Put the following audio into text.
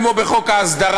כמו בחוק ההסדרה.